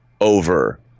over